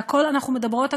והכול אנחנו מדברות,